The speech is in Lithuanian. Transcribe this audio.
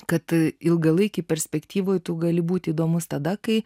kad ilgalaikėj perspektyvoj tu gali būti įdomus tada kai